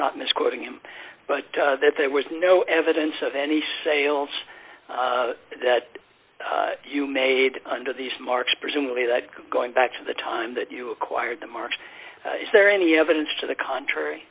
not misquoting him but that there was no evidence of any sales that you made under these march presumably that going back to the time that you acquired the market is there any evidence to the contrary